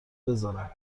بذارم